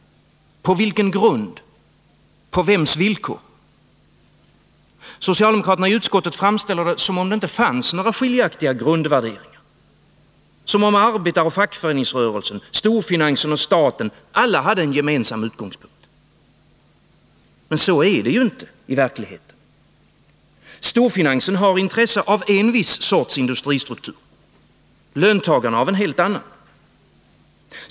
På vilken grund, på vems villkor? Socialdemokraterna i utskottet framställer det som om det inte fanns några skiljaktiga grundvärderingar, som om arbetaroch fackföreningsrörelsen, storfinansen och staten alla hade en gemensam utgångspunkt. Men så är det ju inte i verkligheten. Storfinansen har intresse av en viss sorts industristruktur, löntagarna av en helt annan.